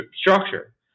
structure